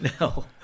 no